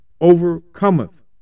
Overcometh